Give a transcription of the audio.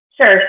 Sure